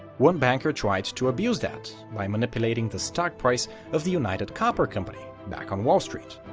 one banker tried to abuse that by manipulating the stock price of the united copper company back on wall street.